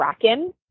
Kraken